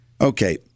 Okay